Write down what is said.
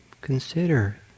consider